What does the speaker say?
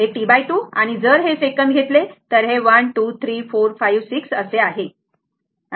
हे T2 आणि जर हे सेकंड घेतली तर हे 1 2 3 4 5 6 आहे